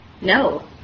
No